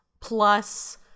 plus